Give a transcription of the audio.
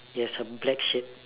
yes a black shade